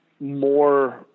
more